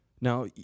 Now